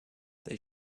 they